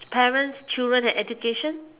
parents children and education